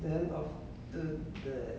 then the